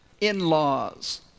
in-laws